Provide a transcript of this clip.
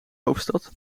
hoofdstad